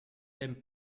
dem